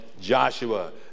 Joshua